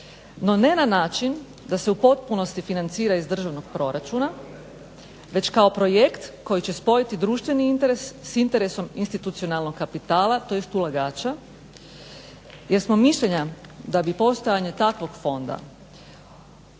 no ne način da se u potpunosti financira iz državnog proračuna već kao projekt koji će spojiti društveni interes s interesom institucionalnog kapitala tj. ulagača. Jer smo mišljenja da bi postojanje takvog fonda